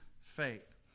faith